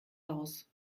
aus